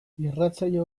irratsaio